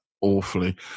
awfully